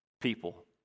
people